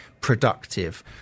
productive